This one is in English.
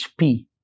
HP